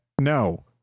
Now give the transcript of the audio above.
No